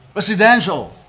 residential,